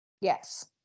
Yes